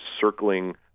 circling